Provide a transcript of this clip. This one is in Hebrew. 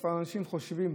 וכבר אנשים חושבים,